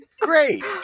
Great